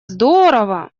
здорово